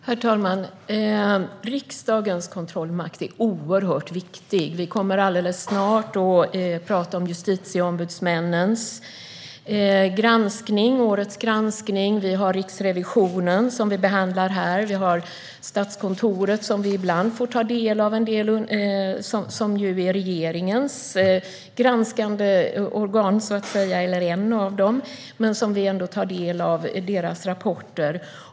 Herr talman! Riksdagens kontrollmakt är oerhört viktig. Vi kommer alldeles snart att prata om justitieombudsmännens granskning. Vi behandlar Riksrevisionens rapporter. Vi får ibland ta del av Statskontorets granskning - det är ett av regeringens granskande organ, men vi får ta del av deras rapporter.